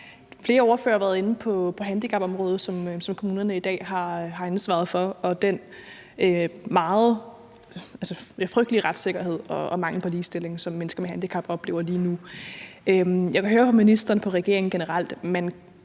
Flere ordførere har været inde på handicapområdet, som kommunerne i dag har ansvaret for, og den meget frygtelige retssikkerhed og mangel på ligestilling, som mennesker med handicap oplever lige nu. Jeg kan høre på ministeren og på regeringen generelt, at man